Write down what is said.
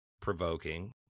provoking